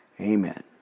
Amen